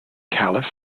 caliph